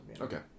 Okay